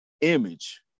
image